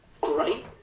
great